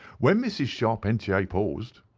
when mrs. charpentier paused,